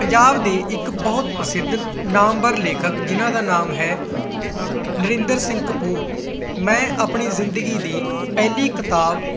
ਪੰਜਾਬ ਦੇ ਇੱਕ ਬਹੁਤ ਪ੍ਰਸਿੱਧ ਨਾਮਬਰ ਲੇਖਕ ਜਿਹਨਾਂ ਦਾ ਨਾਮ ਹੈ ਨਰਿੰਦਰ ਸਿੰਘ ਕਪੂਰ ਮੈਂ ਆਪਣੀ ਜ਼ਿੰਦਗੀ ਦੀ ਪਹਿਲੀ ਕਿਤਾਬ